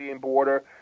border